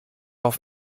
auf